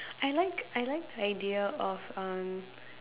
I like I like idea of um